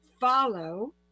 follow